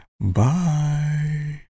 Bye